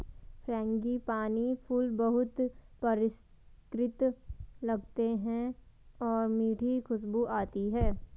frangipani फूल बहुत परिष्कृत लगते हैं और मीठी खुशबू आती है